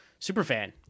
Superfan